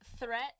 threat